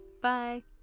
bye